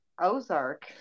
Ozark